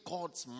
God's